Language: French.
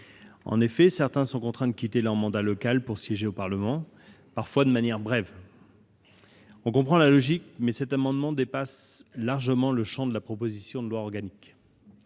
d'entre eux sont contraints de quitter leur mandat local pour siéger au Parlement, parfois de manière brève. On comprend la logique de cet amendement, mais celui-ci dépasse largement le champ de la présente proposition de loi organique.